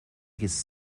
his